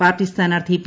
party സ്ഥാനാർത്ഥി P